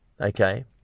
Okay